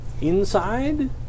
Inside